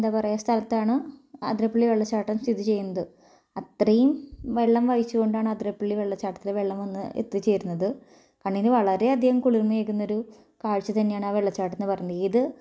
എന്താ പറയുക സ്ഥലത്താണ് ആതിരപ്പള്ളി വെള്ളച്ചാട്ടം സ്ഥിതി ചെയ്യുന്നത് അത്രയും വെള്ളം വഹിച്ചു കൊണ്ടാണ് ആതിരപ്പള്ളി വെള്ളച്ചാട്ടത്തിലെ വെള്ളം വന്നു എത്തിച്ചേരുന്നത് കണ്ണിന് വളരെയധികം കുളിർമയേകുന്ന ഒരു കാഴ്ച തന്നെയാണ് ആ വെള്ളച്ചാട്ടം എന്ന് പറയുന്നത് ഇത്